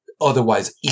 otherwise